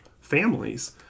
families